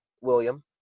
William